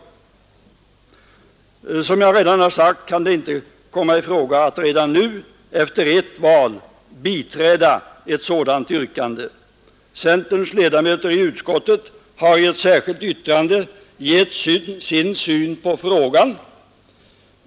Men som jag redan sagt kan det inte komma i fråga att redan efter endast ett val biträda ett sådant yrkande. Centerns ledamöter i utskottet har i ett särskilt yttrande givit sin syn på denna fråga.